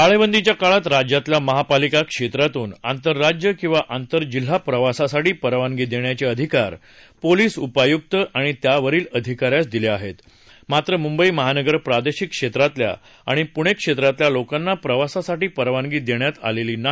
टाळे बंदीच्या काळात राज्यातल्या महापालिका क्षेत्रातून आंतरराज्य किंवा आंतरजिल्हा प्रवासासाठी परवानगी देण्याचे अधिकार पोलीस उपायुक्त आणि त्यावरील अधिकाऱ्यास दिले आहेत मात्र मुंबई महानगर प्रादेशिक क्षेत्रातल्या आणि पुणे क्षेत्रातल्या लोकांना प्रवासासाठी परवानगी देण्यात आलेली नाही